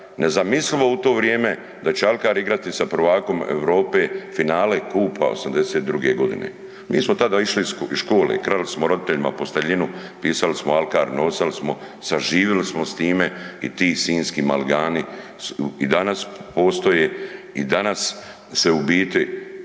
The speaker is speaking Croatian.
nezamislivo u to vrijeme da će Alkar igrat sa prvakom Europe finale kupa '82. godine. Mi smo tada išli iz škole, krali smo roditeljima posteljinu, pisali smo „Alkar“, nosali smo, saživjeli smo s time i ti Sinjski maligani i danas postoje i danas se u biti